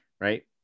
Right